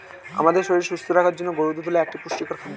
আমাদের শরীর সুস্থ রাখার জন্য গরুর দুধ হল একটি পুষ্টিকর খাদ্য